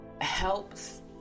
helps